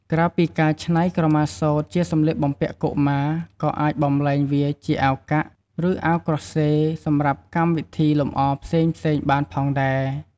ក្រៅពីការច្នៃក្រមាសូត្រជាសម្លៀកបំពាក់កុមារ ក៏អាចបំលែងវាជា អាវកាក់ ឬ អាវក្រោះហ្សេ សម្រាប់កម្មវិធីលម្អផ្សេងៗបានផងដែរ។